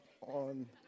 on